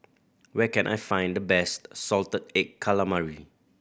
where can I find the best salted egg calamari